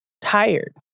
tired